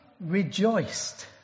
rejoiced